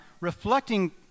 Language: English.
reflecting